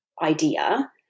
idea